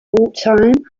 wartime